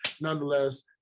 Nonetheless